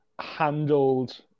handled